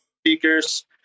Speakers